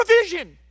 provision